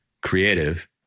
creative